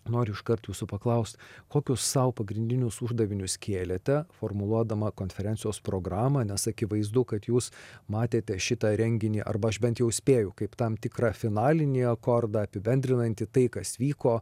noriu iškart jūsų paklaust kokius sau pagrindinius uždavinius kėlėte formuluodama konferencijos programą nes akivaizdu kad jūs matėte šitą renginį arba aš bent jau spėju kaip tam tikra finalinį akordą apibendrinantį tai kas vyko